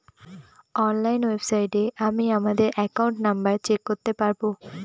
online ওয়েবসাইটে আমি আমাদের একাউন্ট নম্বর চেক করতে পারবো